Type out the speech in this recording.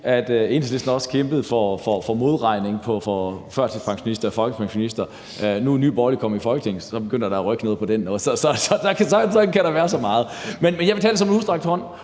at Enhedslisten også kæmpede mod modregning for førtidspensionister og folkepensionister. Nu er Nye Borgerlige kommet i Folketinget, og så begynder der at rykke noget dér. Så sådan kan der være så meget. Men jeg vil tage det som en udstrakt hånd,